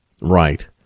Right